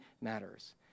matters